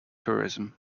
tourism